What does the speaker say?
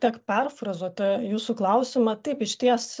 tiek perfrazuoti jūsų klausimą taip išties